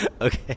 Okay